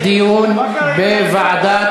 לדיון מוקדם בוועדה